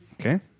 Okay